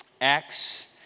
Acts